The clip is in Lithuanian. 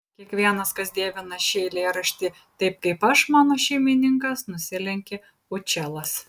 kiekvienas kas dievina šį eilėraštį taip kaip aš mano šeimininkas nusilenkė učelas